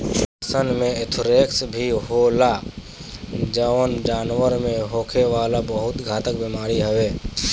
भेड़सन में एंथ्रेक्स भी होला जवन जानवर में होखे वाला बहुत घातक बेमारी हवे